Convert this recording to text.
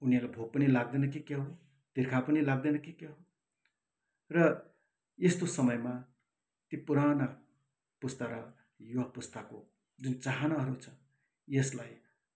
उनीहरू भोक पनि लाग्दैन कि क्या हो तिर्खा पनि लाग्दैन कि क्या हो र यस्तो समयमा ती पुराना पुस्ता र युवा पुस्ताको जुन चाहनाहरू छ यसलाई